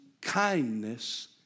kindness